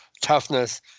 toughness